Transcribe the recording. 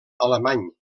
alemany